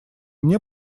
мне